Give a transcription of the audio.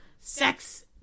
sex